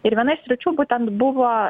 ir viena iš sričių būtent buvo